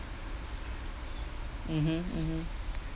mmhmm mmhmm